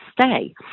stay